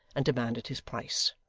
and demanded his price.